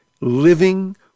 living